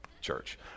church